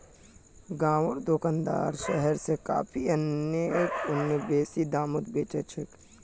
गांउर दुकानदार शहर स कॉफी आने गांउत बेसि दामत बेच छेक